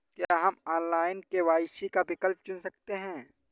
क्या हम online K Y C का विकल्प चुन सकते हैं?